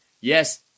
Yes